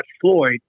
floyd